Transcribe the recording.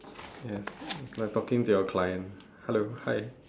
yes it's like talking to your client hello hi